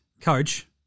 coach